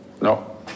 No